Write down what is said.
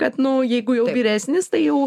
kad nu jeigu jau vyresnis tai jau